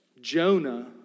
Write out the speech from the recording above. Jonah